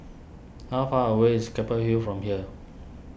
how far away is Keppel Hill from here